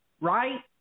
right